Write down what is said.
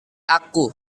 aku